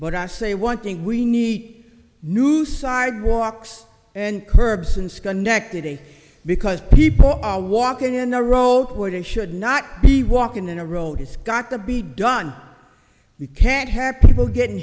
but i say one thing we need new sidewalks and curbs in schenectady because people are walking in a row hoarding should not be walking in a road it's got to be done you can't have people getting